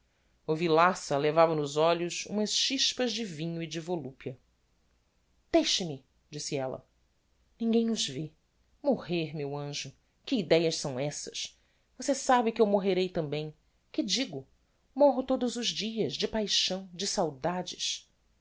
o villaça levava nos olhos umas chispas de vinho e de volupia deixe-me disse ella ninguem nos vê morrer meu anjo que idéas são essas você sabe que eu morrerei tambem que digo morro todos os dias de paixão de saudades